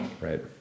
Right